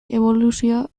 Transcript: eboluzioa